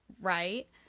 right